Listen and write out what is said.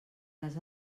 les